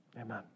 Amen